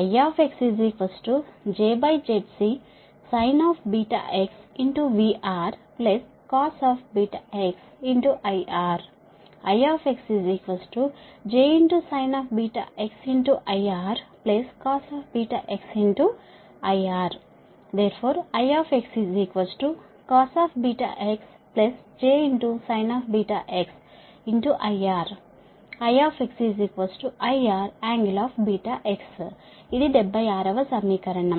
I jZCsinVRcosxIR I j sinIR cosxIR I cosj sinIR I IRㄥx ఇది 76 వ సమీకరణం